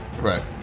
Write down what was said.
Right